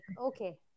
okay